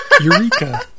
Eureka